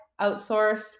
outsource